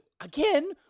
again